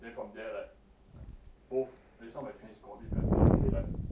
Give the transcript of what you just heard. then from there like both then that's how my chinese got a bit better I say like